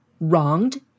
wronged